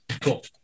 Cool